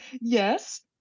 Yes